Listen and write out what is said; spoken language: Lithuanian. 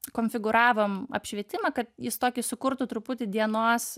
konfigūravom apšvietimą kad jis tokį sukurtų truputį dienos